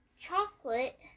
Chocolate